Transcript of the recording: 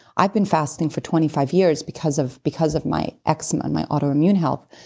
i've been fasting for twenty five years because of because of my eczema and my autoimmune health,